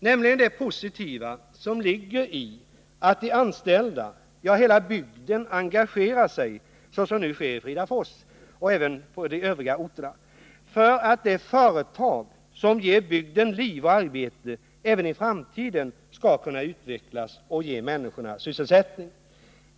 Jag syftar på det positiva som ligger i att de anställda — ja, hela bygden — engagerar sig, såsom nu sker i Fridafors och även på andra orter, för att det företag som ger bygden liv och arbete även i framtiden skall kunna utvecklas och ge människorna sysselsättning.